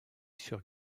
sur